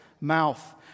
mouth